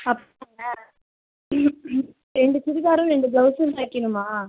அப்படிங்களா ரெண்டு சுடிதாரும் ரெண்டு பிளவுஸும் தைக்கிணுமா